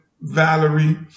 Valerie